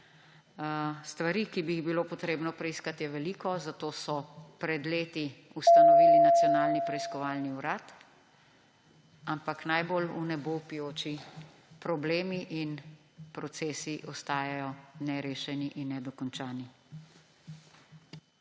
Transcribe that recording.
Stvari, ki bi jih bilo potrebno preiskati, je veliko, zato so pred leti ustanovili Nacionalni preiskovalni urad, ampak najbolj vnebovpijoči problemi in procesi ostajajo nerešeni in nedokončani.